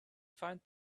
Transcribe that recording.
find